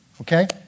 Okay